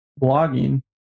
blogging